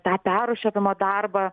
tą perrūšiavimo darbą